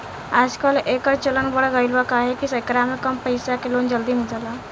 आजकल, एकर चलन बढ़ गईल बा काहे कि एकरा में कम पईसा के लोन जल्दी मिल जाला